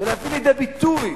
ולהביא לידי ביטוי